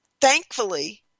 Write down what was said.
Thankfully